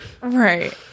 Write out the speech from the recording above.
Right